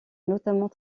notamment